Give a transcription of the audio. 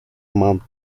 month